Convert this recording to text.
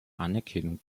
anerkennung